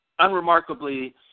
unremarkably